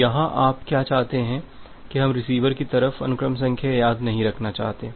तो यहाँ आप क्या चाहते हैं कि हम रिसीवर की तरफ अनुक्रम संख्या याद नहीं रखना चाहते